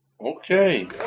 Okay